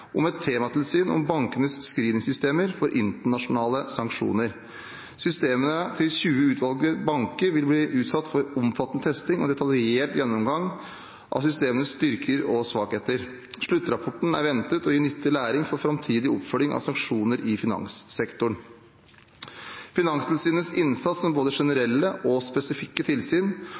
om et tematilsyn om bankenes screeningsystemer for internasjonale sanksjoner. Systemene til 20 utvalgte banker vil bli utsatt for omfattende testing og en detaljert gjennomgang av systemenes styrker og svakheter. Sluttrapporten er ventet å gi nyttig læring for framtidig oppfølging av sanksjoner i finanssektoren. Finanstilsynets innsats med både generelle og spesifikke tilsyn,